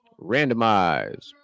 Randomize